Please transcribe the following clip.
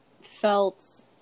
felt